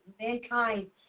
mankind